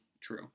true